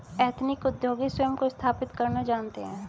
ethnic उद्योगी स्वयं को स्थापित करना जानते हैं